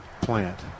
plant